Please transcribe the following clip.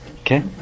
Okay